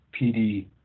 PD